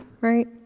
right